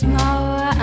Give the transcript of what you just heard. more